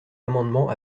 amendement